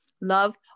Love